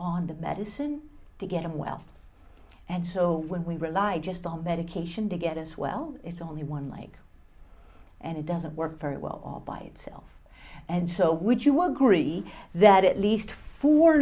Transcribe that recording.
on the medicine to get them well and so when we rely just on medication to get us well it's only one like and it doesn't work very well all by itself and so would you agree that at least four